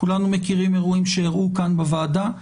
כולנו מכירים אירועים שאירעו כאן בוועדה.